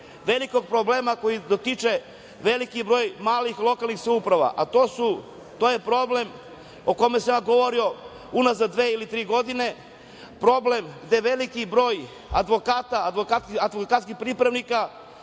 velikog problema koji dotiče veliki broj malih lokalnih samouprava. To je problem o kojem sam govorio unazad dve ili tri godine, problem gde veliki broj advokata, advokatskih pripravnika